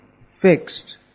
fixed